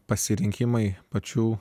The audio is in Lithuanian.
pasirinkimai pačių